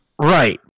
Right